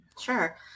Sure